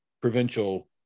provincial